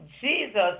Jesus